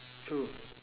true